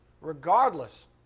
regardless